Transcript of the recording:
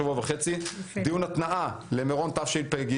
שבוע וחצי יהיה לנו דיון התנעה למירון תשפ"ג,